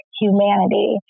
humanity